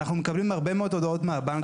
אנחנו מקבלים הרבה מאוד הודעות מהבנק,